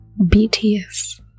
BTS